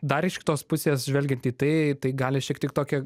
dar iš kitos pusės žvelgiant į tai tai gali šiek tik tokią